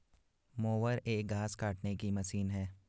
mower एक घास काटने की मशीन है